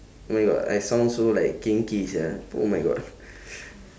oh my god I sound so like kinky sia oh my god